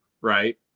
right